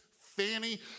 fanny